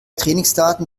trainingsdaten